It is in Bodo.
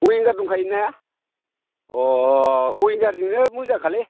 उइनगार दंखायोना अ उइनगारजोंनो मोजांखालै